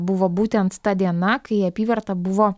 buvo būtent ta diena kai į apyvarta buvo